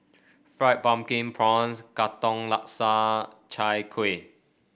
Fried Pumpkin Prawns Katong Laksa Chai Kuih